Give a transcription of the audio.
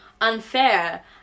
unfair